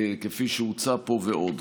כפי שהוצע פה, ועוד.